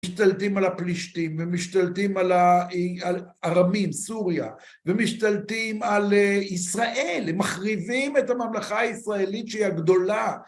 משתלטים על הפלישתים, ומשתלטים על ארמים, סוריה, ומשתלטים על ישראל, מחריבים את הממלכה הישראלית שהיא הגדולה.